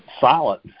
silent